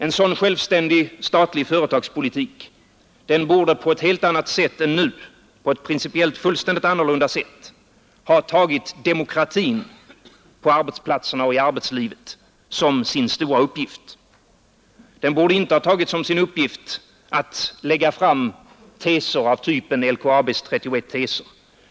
En sådan självständig statlig företagspolitik borde på ett helt annat sätt än nu — inte minst principiellt sett — ha tagit demokratin på arbetsplatserna och i arbetslivet som sin stora uppgift. Den borde inte ha tagit som sin uppgift att lägga fram teser av typen LKAB:s 31 teser.